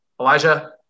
Elijah